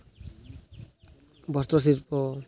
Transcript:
ᱵᱚᱥᱛᱨᱚ ᱥᱤᱞᱯᱚ